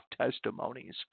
testimonies